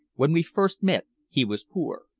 when we first met he was poor.